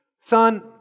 Son